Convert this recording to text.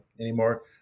anymore